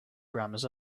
grammars